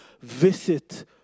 visit